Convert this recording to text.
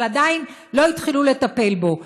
אבל עדיין לא התחילו לטפל בו.